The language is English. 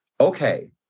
okay